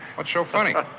what's so funny?